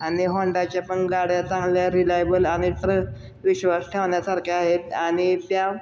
आणि हॉंडाच्या पण गाड्या चांगल्या रिलायबल आणि ट्र विश्वास ठेवण्यासारख्या आहेत आणि त्या